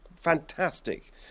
fantastic